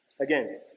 Again